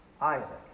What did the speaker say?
Isaac